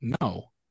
No